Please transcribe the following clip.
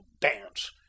dance